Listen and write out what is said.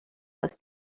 was